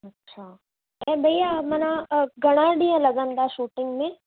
अछा न भैया माना घणा ॾींहं लॻंदा शूटिंग में